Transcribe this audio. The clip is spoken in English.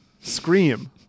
Scream